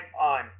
on